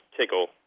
Tickle